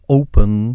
open